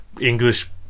English